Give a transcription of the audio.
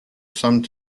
some